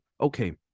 okay